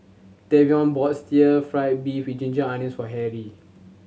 Tavion bought stir fried beef with ginger onions for Harry